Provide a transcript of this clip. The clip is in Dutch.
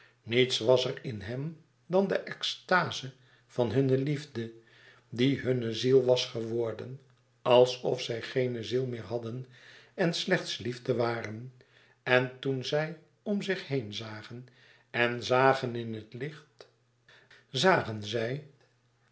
niets was er in hen dan de extaze van hunne liefde die hunne ziel was geworden alsof zij geene ziel meer hadden en slechts liefde waren en toen zij om zich heen zagen en zagen in het licht zagen zij